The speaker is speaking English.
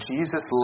Jesus